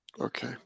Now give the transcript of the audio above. okay